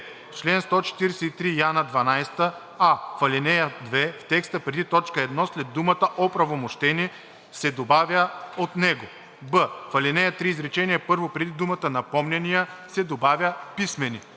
в ал. 3, изречение първо преди думата „напомняния“ се добавя „писмени“.